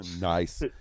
Nice